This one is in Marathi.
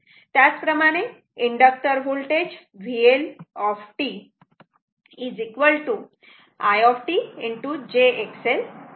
त्याच प्रमाणे inductor voltage VL i j XL असे आहे